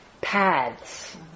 Paths